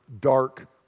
dark